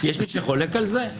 יש מי שחולק על זה?